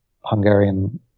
Hungarian